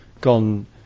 gone